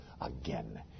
again